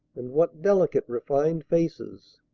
and what delicate, refined faces!